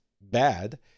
bad